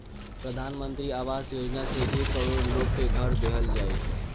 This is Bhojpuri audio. प्रधान मंत्री आवास योजना से एक करोड़ लोग के घर देहल जाई